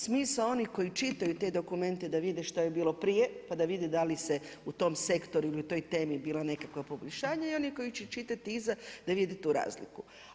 Smisao onih koji čitaju te dokumente da vide što je bilo prije, pa da vide da li se u tom sektoru i u toj temi bilo nekakva poboljšanja i oni koji će čitati iza da vide tu razliku.